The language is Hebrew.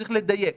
צריך לדייק.